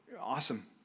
Awesome